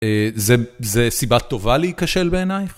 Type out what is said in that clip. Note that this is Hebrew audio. זה סיבה טובה להיכשל בעינייך?